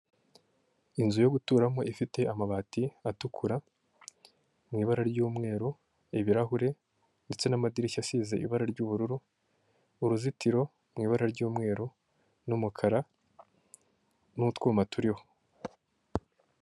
Inzu yo guturamo ifite amabati atukura, mu ibara ry'umweru ibirahure ndetse n'amadirishya asize ibara ry'ubururu uruzitiro mu ibara ry'umweru n'umukara n'utwuma turiho.